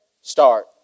Start